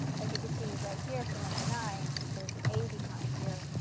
like you can see right here for number nine, there is an a behind here.